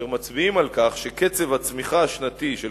אשר מצביעים על כך שקצב הצמיחה השנתי של